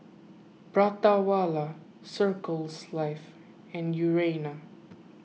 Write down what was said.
Prata Wala Circles Life and Urana